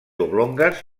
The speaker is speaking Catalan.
oblongues